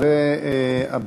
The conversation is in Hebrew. השר.